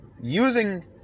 using